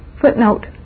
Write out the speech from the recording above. Footnote